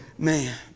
Man